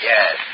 Yes